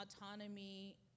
autonomy